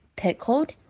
pickled